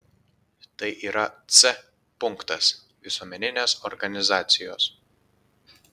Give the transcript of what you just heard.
tai yra c punktas visuomeninės organizacijos